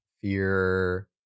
fear